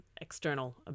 external